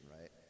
right